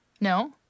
No